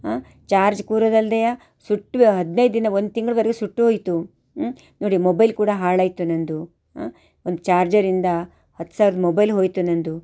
ಆಂ charge ಕೂರೋದಲ್ದೆ ಸುಟ್ಟು ಹದಿನೈದು ದಿನ ಒಂದು ತಿಂಗಳುವರ್ಗು ಸುಟ್ಟೋಯಿತು ಊಂ ನೋಡಿ ಮೊಬೈಲ್ ಕೂಡ ಹಾಳಾಯಿತು ನನ್ನದು ಆಂ ಒಂದು ಚಾರ್ಜರಿಂದ ಹತ್ತು ಸಾವಿರದ ಮೊಬೈಲ್ ಹೋಯಿತು ನನ್ನದು